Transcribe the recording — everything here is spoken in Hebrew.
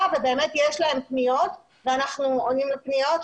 ובאמת יש להם פניות ואנחנו עונים לפניות.